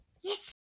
Yes